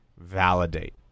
validate